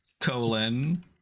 colon